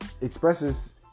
Expresses